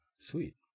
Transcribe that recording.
sweet